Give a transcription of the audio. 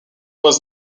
was